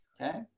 Okay